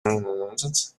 please